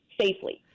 safely